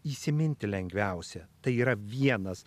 įsiminti lengviausia tai yra vienas